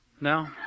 No